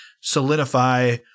solidify